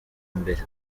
mbere